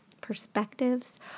perspectives